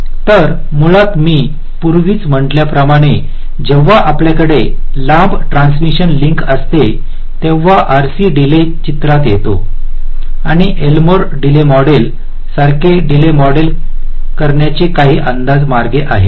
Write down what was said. तर मुळात मी पूर्वीच म्हटल्याप्रमाणे जेव्हा आपल्याकडे लांब ट्रान्समिशन लिंक असते तेव्हा आरसी डीले चित्रात येतो आणि एल्मोर डीले मॉडेल सारखे हे डीले मॉडेल करण्याचे काही अंदाजे मार्ग आहेत